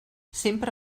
sempre